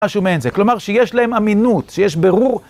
משהו מעין זה, כלומר שיש להם אמינות, שיש בירור.